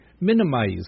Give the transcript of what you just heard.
minimize